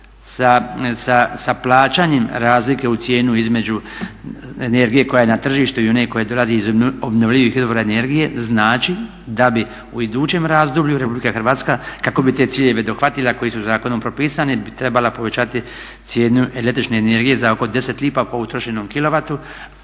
sa plaćanjem razlike u cijenu između energije koja je na tržištu i one koja dolazi iz obnovljivih izvora energije. Znači da bi u idućem razdoblju Republika Hrvatska, kako bi te ciljeve dohvatila koji su zakonom propisani, bi trebala povećati cijenu električne energije za oko 10 lipa po utrošenom